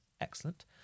excellent